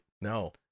No